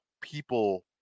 people